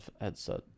headset